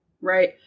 right